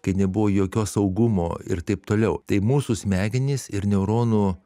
kai nebuvo jokio saugumo ir taip toliau tai mūsų smegenys ir neuronų